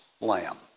lamb